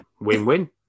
Win-win